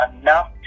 enough